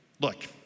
Look